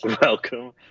Welcome